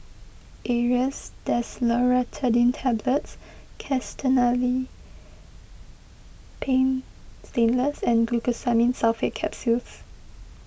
Aerius DesloratadineTablets Castellani's Paint Stainless and Glucosamine Sulfate Capsules